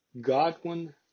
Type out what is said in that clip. Godwin